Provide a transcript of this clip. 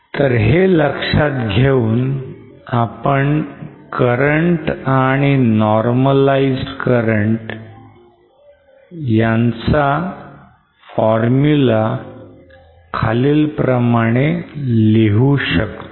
तर हे लक्षात घेऊन आपण current आणि normalized current चा formulae खालीलप्रमाणे लिहू शकतो